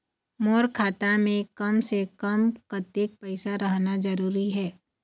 मोर खाता मे कम से से कम कतेक पैसा रहना जरूरी हे?